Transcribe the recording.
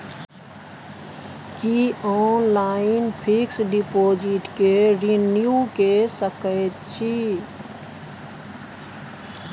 की online fix deposit के renew के सकै छी?